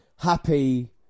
Happy